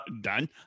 Done